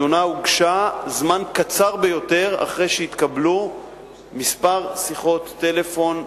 התלונה הוגשה זמן קצר ביותר אחרי שהתקבלו כמה שיחות טלפון אנונימיות,